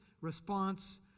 response